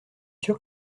sûr